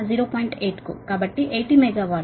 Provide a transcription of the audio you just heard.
8 కు కాబట్టి 80 మెగావాట్